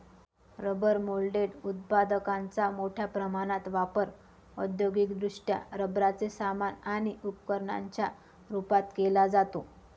rubber moulded उत्पादकांचा मोठ्या प्रमाणात वापर औद्योगिकदृष्ट्या रबराचे सामान आणि उपकरणांच्या रूपात केला जातो